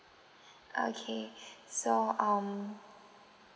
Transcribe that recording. okay so um